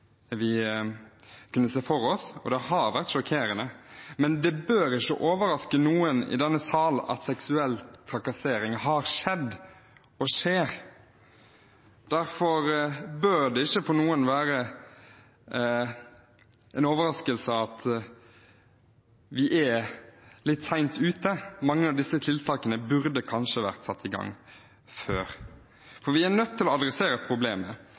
bør ikke overraske noen i denne sal at seksuell trakassering har skjedd og skjer. Derfor bør det heller ikke være en overraskelse for noen at vi er litt sent ute. Mange av disse tiltakene burde kanskje vært satt i gang før. For vi er nødt til å adressere problemet